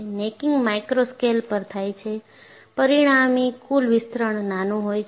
necking micro scale પર થાય છે પરિણામી કુલ વિસ્તરણ નાનું હોય છે